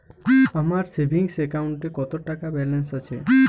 আমার সেভিংস অ্যাকাউন্টে কত টাকা ব্যালেন্স আছে?